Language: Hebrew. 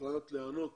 הוחלט להיענות